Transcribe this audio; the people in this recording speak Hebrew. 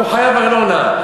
הוא חייב ארנונה.